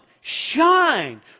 shine